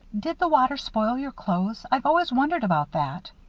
did the water spoil your clothes? i've always wondered about that.